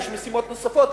יש משימות נוספות,